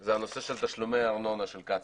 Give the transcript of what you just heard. וזה הנושא של תשלומי ארנונה של קצ"א.